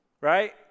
Right